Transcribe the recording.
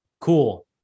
cool